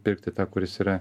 pirkti tą kuris yra